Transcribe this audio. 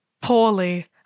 poorly